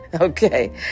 okay